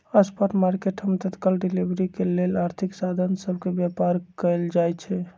spot market हम तत्काल delivery के लेल आर्थिक साधन सभ के व्यापार कयल जाइ छइ